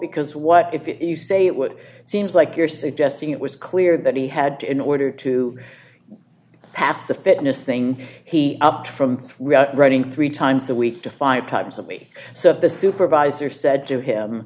because what if you say it would seems like you're suggesting it was clear that he had to in order to pass the fitness thing he upped from running three times a week to five times a week so if the supervisor said to him